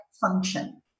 function